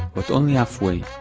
but only halfway